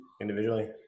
individually